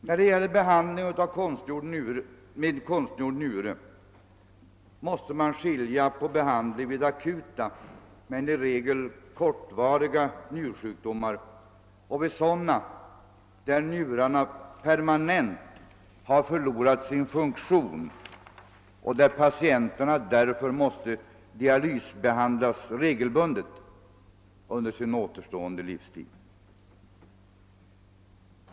När det gäller behandling med konstgjord njure måste man skilja mellan fall av akuta men i regel kortvariga njursjukdomar och sådana fall där njurarna permanent har förlorat sin funktion och patienterna därför måste dialysbehandlas regelbundet under sin återstående livstid.